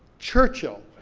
churchill!